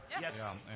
Yes